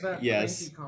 Yes